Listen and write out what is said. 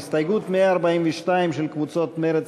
הסתייגות 142 של קבוצות מרצ,